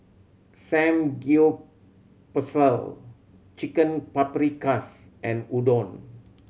Samgyeopsal Chicken Paprikas and Udon